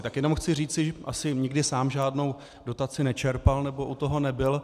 Tak jenom chci říci, asi nikdy sám žádnou dotaci nečerpal nebo u toho nebyl.